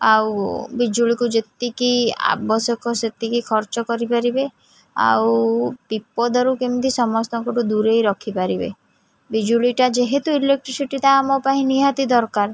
ଆଉ ବିଜୁଳିକୁ ଯେତିକି ଆବଶ୍ୟକ ସେତିକି ଖର୍ଚ୍ଚ କରିପାରିବେ ଆଉ ବିପଦରୁ କେମିତି ସମସ୍ତଙ୍କଠୁ ଦୂରେଇ ରଖିପାରିବେ ବିଜୁଳିଟା ଯେହେତୁ ଇଲେକ୍ଟ୍ରିସିଟିଟା ଆମ ପାଇଁ ନିହାତି ଦରକାର